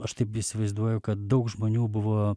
aš taip įsivaizduoju kad daug žmonių buvo